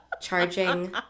charging